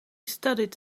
studied